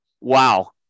Wow